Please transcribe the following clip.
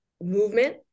movement